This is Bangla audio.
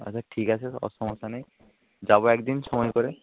আচ্ছা ঠিক আছে ও সমস্যা নেই যাব এক দিন সময় করে